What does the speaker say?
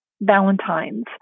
Valentine's